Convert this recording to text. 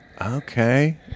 Okay